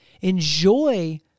Enjoy